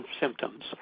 symptoms